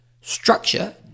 Structure